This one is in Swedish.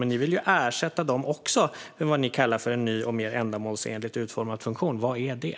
Men ni vill också ersätta dem med vad ni kallar för en ny och mer ändamålsenligt utformad funktion. Vad är det?